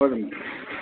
वदन्तु